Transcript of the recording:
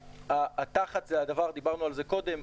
תח"צ דיברנו על זה קודם,